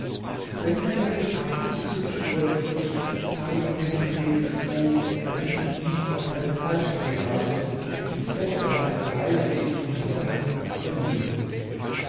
wenn er dir bekannt ist so beschwöre ich dich zeige mir den weg dazu damit ich nicht auf einen falschen gerate und die frucht der langen reise die ich unternommen verliere